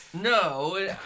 no